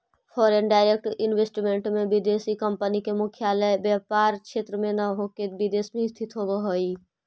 foreign direct investment में विदेशी company के मुख्यालय व्यापार क्षेत्र में न होके विदेश में स्थित होवऽ हई